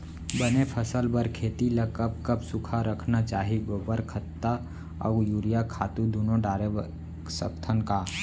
बने फसल बर खेती ल कब कब सूखा रखना चाही, गोबर खत्ता और यूरिया खातू दूनो डारे सकथन का?